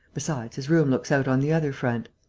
besides, his room looks out on the other front.